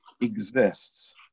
exists